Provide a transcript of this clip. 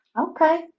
Okay